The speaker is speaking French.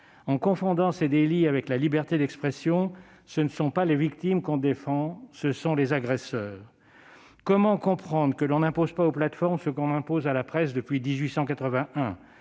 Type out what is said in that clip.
En confondant ces délits avec la liberté d'expression, ce ne sont pas les victimes que l'on défend, ce sont les agresseurs. Comment comprendre que l'on n'impose pas aux plateformes ce que l'on impose à la presse depuis 1881 :